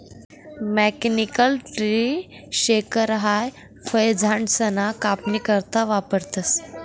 mechanical tree shaker हाई फयझाडसना कापनी करता वापरतंस